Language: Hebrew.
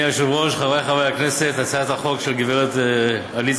כנסת --- חברת הכנסת, הגב' עליזה